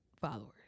followers